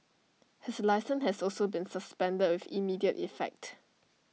his licence has also been suspended with immediate effect